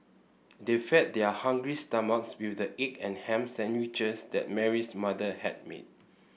they fed their hungry stomachs with the egg and ham sandwiches that Mary's mother had made